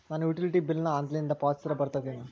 ನಾನು utility bill ನ ಆನ್ಲೈನಿಂದ ಪಾವತಿಸಿದ್ರ ಬರ್ತದೇನು?